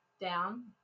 down